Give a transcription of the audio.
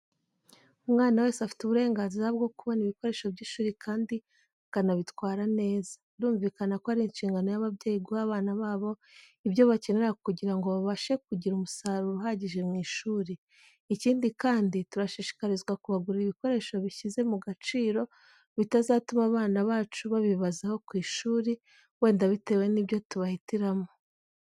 Umwana wese afite uburenganzira wo kubona ibikoresho by'ishuri kandi akanabitwara neza. Birumvikana ko ari inshingano y'ababyeyi guha abana babo ibyo bakenera kugira ngo babashe kugira umusaruro uhagije mu ishuri. Ikindi kandi, turashishikarizwa kubagurira ibikoresho bishyize mu gaciro bitazatuma abana bacu babibazaho ku ishuri, wenda bitewe n'ibyo tubahitiramo.